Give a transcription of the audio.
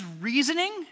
reasoning